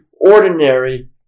ordinary